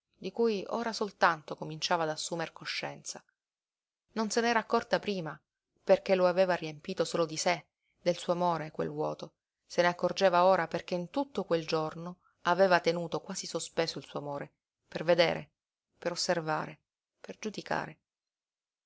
di cui ora soltanto cominciava ad assumer coscienza non se n'era accorta prima perché lo aveva riempito solo di sé del suo amore quel vuoto se ne accorgeva ora perché in tutto quel giorno aveva tenuto quasi sospeso il suo amore per vedere per osservare per giudicare